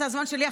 זה הזמן שלי.